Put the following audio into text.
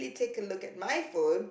take a look at my phone